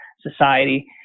society